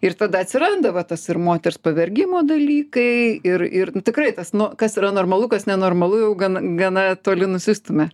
ir tada atsiranda va tas ir moters pavergimo dalykai ir ir nu tikrai tas nu kas yra normalu kas nenormalu jau gan gana toli nusistumia